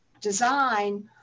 design